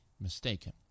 mistaken